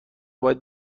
باید